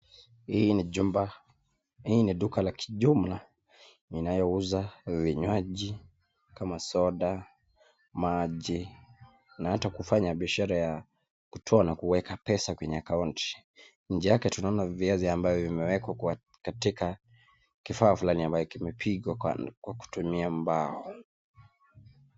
Hii ni duka la kijumla inayouza vinywaji kama soda, maji na hata kufanya biashara ya kutoa na kuweka pesa kwenye akaunti, nje yake tunaona viazi ambayo imewekwa katika kifaa fulani ambayo imepigwa kwa kutumia mbao.